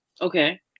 okay